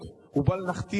בואו נחזור לפרופורציות,